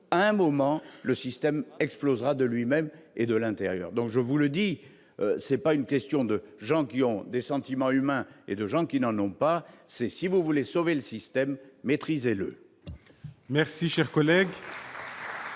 à un moment le système explosera de lui-même et de l'intérieur, donc je vous le dis, c'est pas une question de gens qui ont des sentiments humains et de gens qui n'en ont pas, c'est si vous voulez sauver le système maîtriser le. Merci, cher collègue.